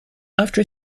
after